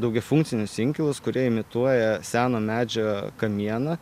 daugiafunkcinius inkilus kurie imituoja seno medžio kamieną